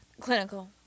Clinical